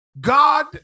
God